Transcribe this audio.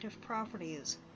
properties